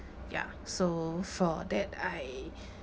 ya so for that I